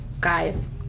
guys